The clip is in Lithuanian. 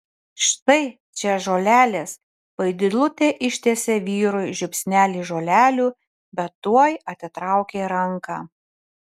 štai čia žolelės vaidilutė ištiesė vyrui žiupsnelį žolelių bet tuoj atitraukė ranką